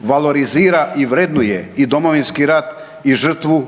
valorizira i vrednuje i Domovinski rat i žrtvu